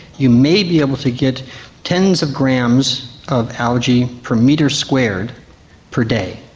you may be able to get tens of grams of algae per metre squared per day.